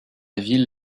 ville